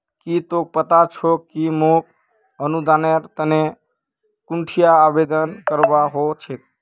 की तोक पता छोक कि मोक अनुदानेर तने कुंठिन आवेदन करवा हो छेक